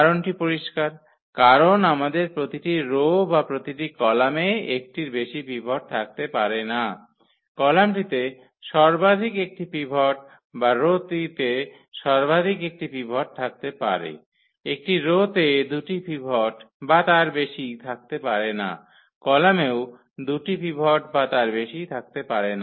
কারণটি পরিষ্কার কারণ আমাদের প্রতিটি রো বা প্রতিটি কলামে একটির বেশি পিভট থাকতে পারে না কলামটিতে সর্বাধিক একটি পিভট বা রো টিতে সর্বাধিক একটি পিভট থাকতে পারে একটি রো তে দুটি পিভট বা তার বেশি থাকতে পারে না কলামেও দুটি পিভট বা তার বেশি থাকতে পারে না